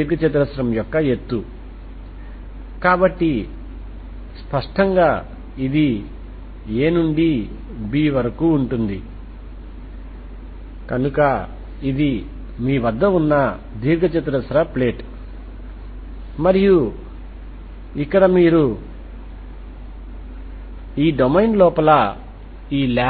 పరిష్కారం ఎల్లప్పుడూ పైన ఉన్న uxt ను హీట్ ఈక్వేషన్ లో ప్రతిక్షేపిస్తుంది అప్పుడు మీకు లభించేది Xx